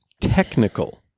technical